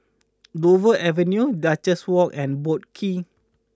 Dover Avenue Duchess Walk and Boat Quay